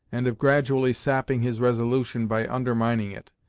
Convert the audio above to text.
and of gradually sapping his resolution by undermining it,